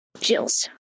Jills